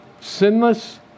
sinless